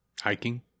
Hiking